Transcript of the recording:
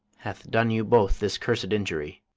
hath done you both this cursed injury.